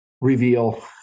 reveal